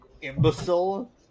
imbecile